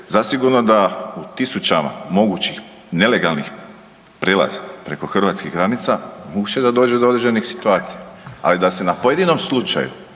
zasigurno da u tisućama mogućih nelegalnih prelaza preko hrvatskih granica moguće da dođe do određenih situacija. Ali da se na pojedinom slučaju